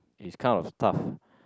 is kind of tough